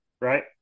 right